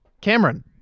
Cameron